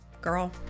girl